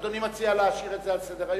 אדוני מציע להשאיר את זה על סדר-היום?